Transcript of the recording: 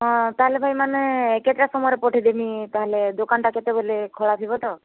ହଁ ତା'ହେଲେ ଭାଇ ମାନେ କେତେଟା ସମୟରେ ପଠାଇଦେବି ତା'ହେଲେ ଦୋକାନଟା କେତେବେଳେ ଖୋଲାଯିବ ତ